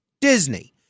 Disney